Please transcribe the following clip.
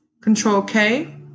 Control-K